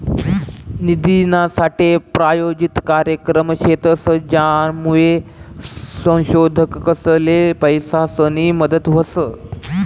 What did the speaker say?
निधीनासाठे प्रायोजित कार्यक्रम शेतस, ज्यानामुये संशोधकसले पैसासनी मदत व्हस